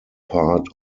part